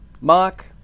Mark